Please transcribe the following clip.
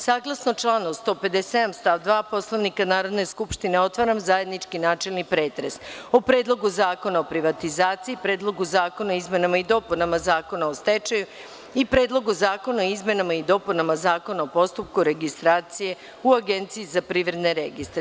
Saglasno članu 157. stav 2. Poslovnika Narodne skupštine otvaram zajednički načelni pretres o: Predlogu zakona o privatizaciji, Predlogu zakona o izmenama i dopunama Zakona o stečaju i o Predlogu zakona o izmenama i dopunama Zakona o postupku registracije u Agenciji za privredne registre.